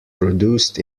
produced